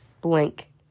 blank